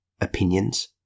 opinions